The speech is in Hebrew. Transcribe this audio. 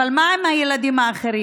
אבל מה עם הילדים האחרים,